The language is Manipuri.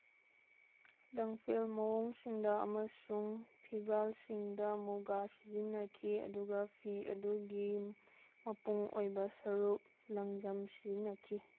ꯂꯪꯐꯦꯜ ꯃꯑꯣꯡꯁꯤꯡꯗ ꯑꯃꯁꯨꯡ ꯐꯤꯕꯥꯜꯁꯤꯡꯗ ꯃꯨꯒꯥ ꯁꯤꯖꯤꯟꯅꯈꯤ ꯑꯗꯨꯒ ꯐꯤ ꯑꯗꯨꯒꯤ ꯃꯄꯨꯡ ꯑꯣꯏꯕ ꯁꯔꯨꯛ ꯂꯪꯖꯝ ꯁꯤꯖꯤꯟꯅꯈꯤ